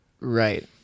Right